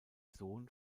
sohn